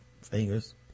fingers